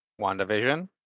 WandaVision